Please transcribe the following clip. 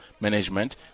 Management